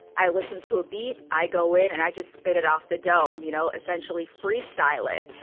i listen to a beat i go in and i just spit it off the dope. um you know essentially freestyle it.